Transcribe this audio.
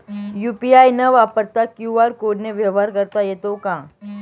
UPI न वापरता QR कोडने व्यवहार करता येतो का?